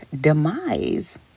demise